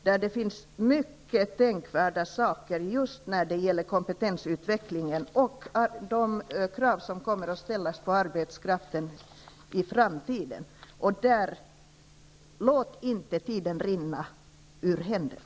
Där finns mycket tänkvärt att läsa just om kompetensutvecklingen och de krav som kommer att ställas på arbetskraften i framtiden. Låt inte tiden rinna ur händerna!